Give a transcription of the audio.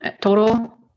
total